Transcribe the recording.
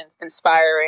inspiring